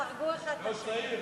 תהרגו אחד את השני.